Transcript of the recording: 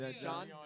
John